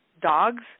dogs